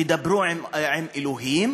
תדברו עם אלוהים,